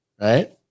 Right